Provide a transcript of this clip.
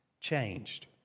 changed